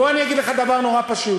בוא אני אגיד לך דבר נורא פשוט: